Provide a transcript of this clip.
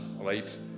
right